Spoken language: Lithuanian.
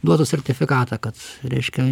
duotų sertifikatą kad reiškia